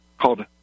called